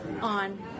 on